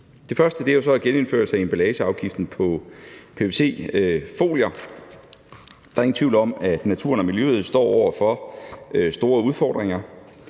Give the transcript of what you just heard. Det første er genindførelse af emballageafgiften på pvc-folier. Der er ingen tvivl om, at naturen og miljøet står over for store udfordringer,